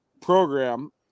program